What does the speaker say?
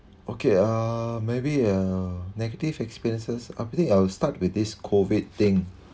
okay uh maybe uh negative experiences I think I will start with this COVID thing